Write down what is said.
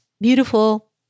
beautiful